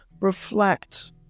reflect